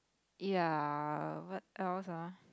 ya what else ah